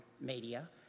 media